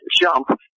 jump